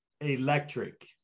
electric